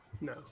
No